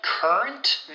Current